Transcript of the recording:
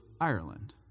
Ireland